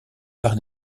par